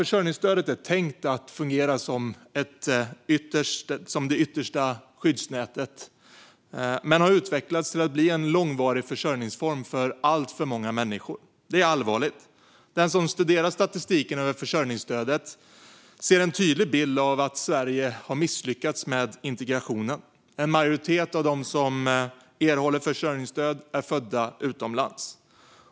Försörjningsstödet är tänkt att fungera som det yttersta skyddsnätet men har utvecklats till att bli en långvarig försörjningsform för alltför många människor. Det är allvarligt. Den som studerar statistiken över försörjningsstödet ser en tydlig bild av Sveriges misslyckade integration. En majoritet av dem som erhåller försörjningsstöd är födda utomlands.